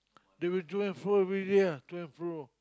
they will to and fro everyday ah to and fro